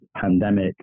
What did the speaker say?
pandemic